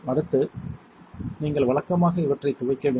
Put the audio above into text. அடுத்து நீங்கள் வழக்கமாக இவற்றை துவைக்க வேண்டும்